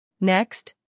Next